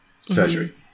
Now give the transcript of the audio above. surgery